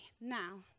now